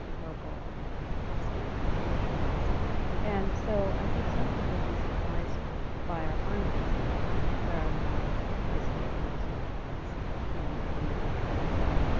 local and and state immigration laws and so i think some people will be surprised by our findings that there are more high skilled than low-skilled immigrants in in the country right now,